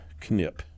Knip